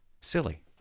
silly